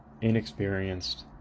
inexperienced